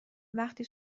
وقتی